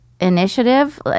initiative